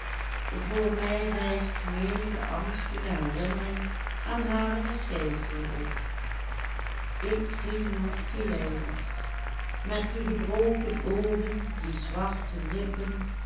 ik zie nog die lijders met die gebroken oogen die zwarte lippen